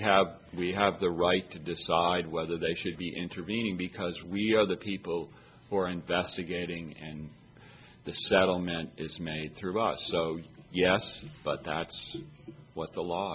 have we have the right to decide whether they should be intervening because we are the people who are investigating and the settlement is made through us yes but that's what the law